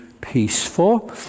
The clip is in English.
peaceful